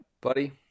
buddy